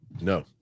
No